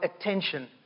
attention